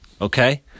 okay